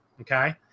okay